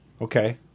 Okay